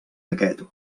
aquest